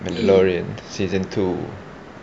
mandalorian season two